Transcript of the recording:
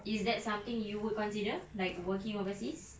is that something you would consider like working overseas